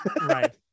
right